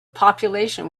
population